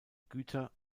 güter